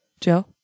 Joe